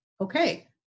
Okay